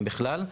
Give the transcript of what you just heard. אם בכלל.